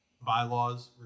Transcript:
bylaws